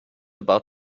about